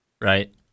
Right